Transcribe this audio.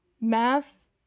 math